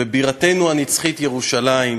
בבירתנו הנצחית ירושלים,